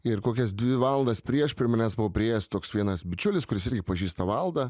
ir kokias dvi valandas prieš prie manęs buvo priėjęs toks vienas bičiulis kuris irgi pažįsta valdą